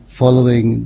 following